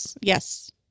Yes